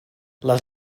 les